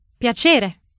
piacere